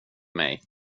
mig